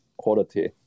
quality